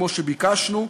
כמו שביקשנו.